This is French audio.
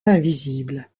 invisible